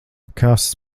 kas